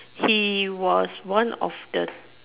he was one of the